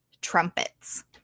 trumpets